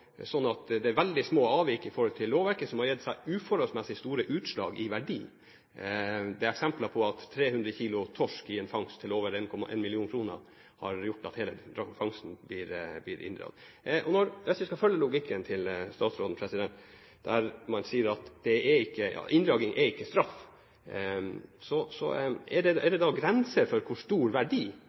sånn at det er veldig små avvik i forhold til lovverket som har gitt uforholdsmessig store utslag i verdi. Det er eksempler på at 300 kilo torsk i en fangst til over 1,1 mill. kr har gjort at hele fangsten har blitt inndratt. Hvis vi skal følge logikken til statsråden, om at inndragning ikke er straff, er det da grenser for hvor stor verdi en inndragning har uavhengig av hvor stor forseelsen er? På spørsmål om det er grenser for